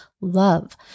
love